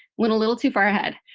went a little too far ahead.